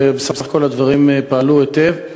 ובסך הכול הדברים פעלו היטב.